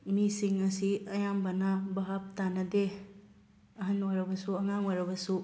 ꯃꯤꯁꯤꯡ ꯑꯁꯤ ꯑꯌꯥꯝꯕꯅ ꯚꯥꯞ ꯇꯥꯅꯗꯦ ꯑꯍꯜ ꯑꯣꯏꯔꯕꯁꯨ ꯑꯉꯥꯡ ꯑꯣꯏꯔꯕꯁꯨ